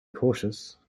cautious